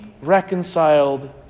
reconciled